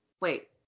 wait